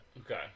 Okay